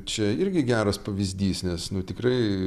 čia irgi geras pavyzdys nes nu tikrai